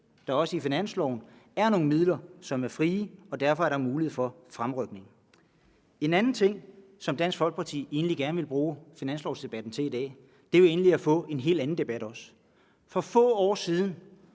der også i finansloven er nogle midler, som er frie, og derfor er der mulighed for fremrykning. En anden ting, som Dansk Folkeparti egentlig gerne vil bruge finanslovsdebatten til i dag, er også at få en helt anden debat. For få år siden,